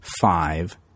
five